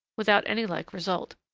without any like result.